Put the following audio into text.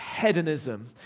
hedonism